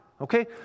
okay